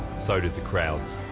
so did the crowds.